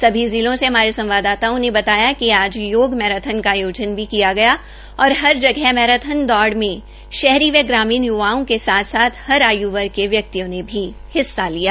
सभी जिलों से हमारे संवाददाताओं ने बताया कि आज योग मैराथान की आयोजन भी किया गया और हर जगह मैराथन दौड़ में शहरी व ग्रामीण य्वाओं के साथ साथ हर आय् वर्ग के व्यक्तियों ने हिस्सा लिया